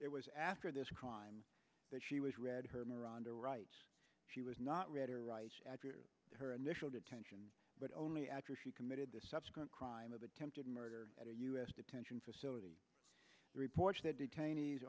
it was after this crime that she was read her miranda rights she was not read or write her initial detention but only after she committed the subsequent crime of attempted murder at a u s detention facility the reports that detainees